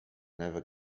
never